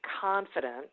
confident